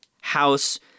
house